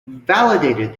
validated